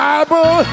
Bible